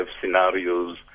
scenarios